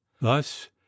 thus